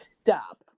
stop